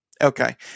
Okay